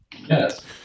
yes